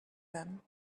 them